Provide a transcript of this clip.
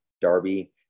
Darby